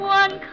one